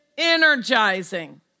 energizing